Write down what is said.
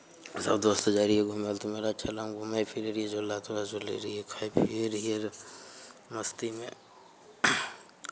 सभ दोस्त जाइत रहियै घुमय मेला ठेलामे घूमैत फिरैत रहियै मेला जो लए कऽ रहय से लै रहियै खाइत पियैत रहियै रहए मस्तीमे